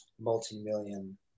multi-million